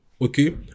Okay